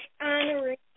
honoring